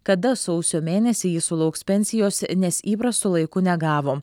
kada sausio mėnesį ji sulauks pensijos nes įprastu laiku negavo